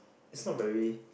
it's not very